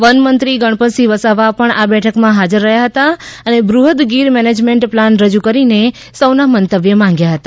વનમંત્રી ગણપતસિંહ વસાવા પણ આ બેઠકમાં હાજર હતા અને બૃહ્દ ગીર મેનેજમેંટ પ્લાન રજૂ કરી સૌ ના મંતવ્ય માંગ્યા હતા